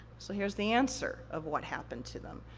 so, here's the answer of what happened to them.